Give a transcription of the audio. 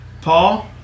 Paul